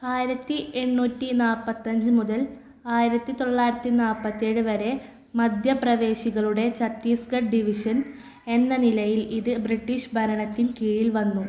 ആയിരത്തി എണ്ണൂറ്റി നാൽപ്പത്തഞ്ച് മുതൽ ആയിരത്തി തൊള്ളായിരത്തി നാൽപ്പത്തേഴ് വരെ മധ്യ പ്രവേശികളുടെ ഛത്തീസ്ഗഢ് ഡിവിഷൻ എന്ന നിലയിൽ ഇത് ബ്രിട്ടീഷ് ഭരണത്തിൻ കീഴിൽ വന്നു